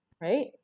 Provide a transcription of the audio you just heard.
right